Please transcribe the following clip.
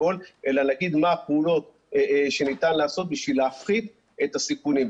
אלא להגיד מה הפעולות שנתן לעשות בשביל להפחית את הסיכונים.